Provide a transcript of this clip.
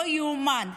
לא ייאמן.